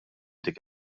dik